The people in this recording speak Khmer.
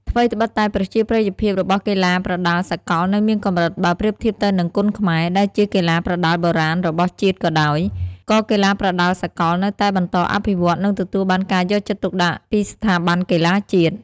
ថ្វីត្បិតតែប្រជាប្រិយភាពរបស់កីឡាប្រដាល់សកលនៅមានកម្រិតបើប្រៀបធៀបទៅនឹង គុនខ្មែរ ដែលជាកីឡាប្រដាល់បុរាណរបស់ជាតិក៏ដោយ ក៏កីឡាប្រដាល់សកលនៅតែបន្តអភិវឌ្ឍ និងទទួលបានការយកចិត្តទុកដាក់ពីស្ថាប័នកីឡាជាតិ។